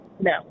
no